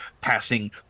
passing